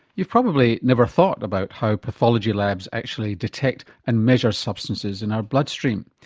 you've probably never thought about how pathology labs actually detect and measure substances in our bloodstream.